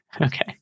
okay